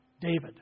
David